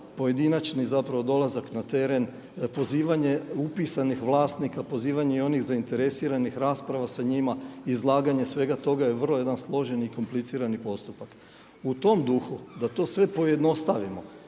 pojedinačni dolazak na teren, pozivanje upisanih vlasnika, pozivanje i onih zainteresiranih rasprava sa njima, izlaganje svega toga je jedan vrlo složen i komplicirani postupak. U tom duhu da to sve pojednostavimo